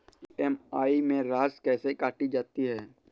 EMI में राशि कैसे काटी जाती है?